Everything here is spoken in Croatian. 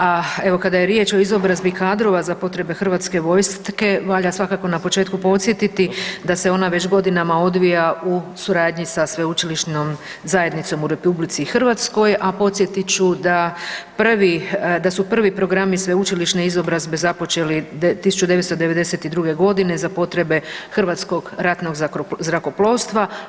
A evo kada je riječ o izobrazbi kadrova za potrebe hrvatske vojske valja svakako na početku podsjetiti da se ona već godinama odvija u suradnji sa sveučilišnom zajednicom u RH, a podsjetit ću da prvi, da su prvi programi sveučilišne izobrazbe započeli 1992. godine za potrebe Hrvatskog ratnog zrakoplovstva.